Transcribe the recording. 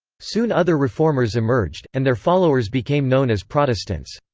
soon other reformers emerged, and their followers became known as protestants.